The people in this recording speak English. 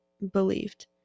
believed